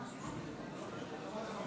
נדחתה,